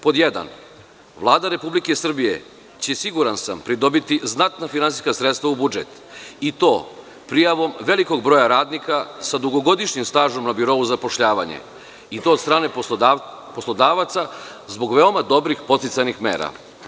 Pod jedan – Vlada RS će, siguran sam, pridobiti znatna finansijska sredstva u budžet i to prijavom velikog broja radnika sa dugogodišnjim stažom na birou za zapošljavanje i to od strane poslodavaca zbog veoma dobrih podsticajnih mera.